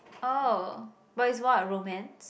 oh but is what romance